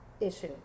issue